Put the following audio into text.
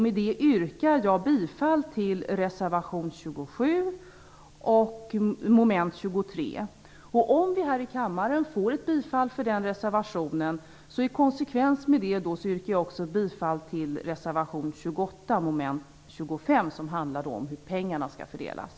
Med detta yrkar jag bifall till reservation 27, under mom. 23. För den händelse den reservationen blir bifallen här i kammaren yrkar jag också bifall till reservation 28 under mom. 25, som handlar om hur pengarna skall fördelas.